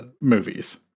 movies